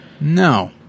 No